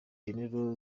gen